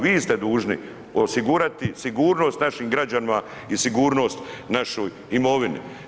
Vi ste dužni osigurati sigurnost našim građanima i sigurnost našoj imovini.